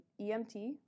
EMT